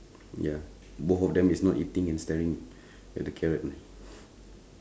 ya both of them is not eating and staring at the carrot only